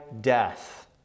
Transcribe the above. death